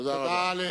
תודה רבה.